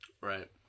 right